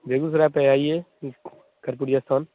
बेगूसराय पर आइए करपुरिया स्थान